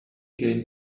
gain